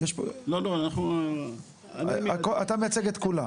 לא ,אני מייצג את כולם.